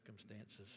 circumstances